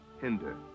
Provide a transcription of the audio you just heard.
hinder